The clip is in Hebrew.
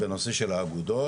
בנושא של האגודות,